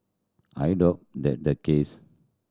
I doubt that the case